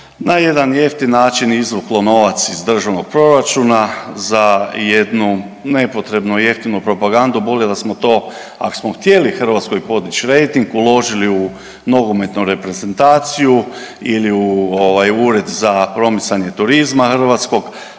na jedan jeftin način izvuklo novac iz državnog proračuna za jednu nepotrebno jeftinu propagandu. Bolje da smo to ako smo htjeli Hrvatskoj podići rejting uložili u nogometnu reprezentaciju ili u Ured za promicanje turizma hrvatskog,